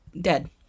dead